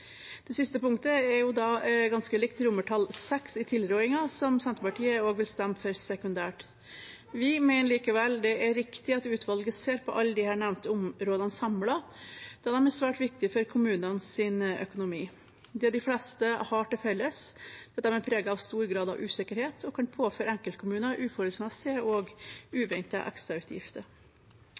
Det siste punktet er ganske likt VI i tilrådingen, som Senterpartiet vil stemme for sekundært. Vi mener likevel det er riktig at utvalget ser på alle disse nevnte områdene samlet, da de er svært viktige for kommunenes økonomi. Det de fleste har til felles, er at de er preget av stor grad av usikkerhet og kan påføre enkeltkommuner uforholdsmessige og uventede ekstrautgifter.